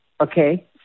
okay